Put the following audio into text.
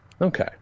Okay